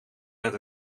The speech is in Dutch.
met